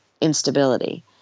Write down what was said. instability